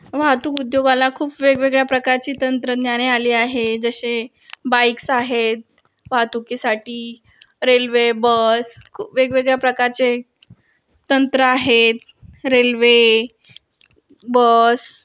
वाहतूक उद्योगाला खूप वेगवेगळ्या प्रकारची तंत्रज्ञाने आली आहे जसे बाईक्स आहेत वाहतुकीसाठी रेल्वे बस वेगवेगळ्या प्रकारचे तंत्र आहेत रेल्वे बस